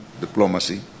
diplomacy